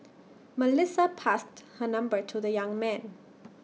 Melissa passed her number to the young man